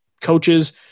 coaches